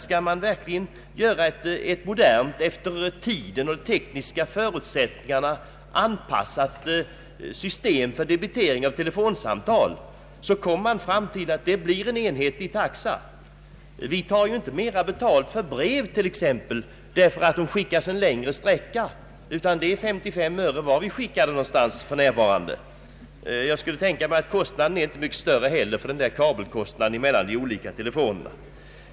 Skall man verkligen göra ett modernt och efter tiden och de tekniska förutsättningarna anpassat system för debitering av telefonsamtal måste det bli en enhetlig taxa. Vi tar exempelvis inte mer betalt för ett brev därför att det skickas en längre sträcka, utan det kostar för närvarande 55 öre vart vi än skickar det. Jag skulle kunna tänka mig att kostnaden inte är mycket större för kabeln mellan telefonorter på olika avstånd.